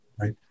right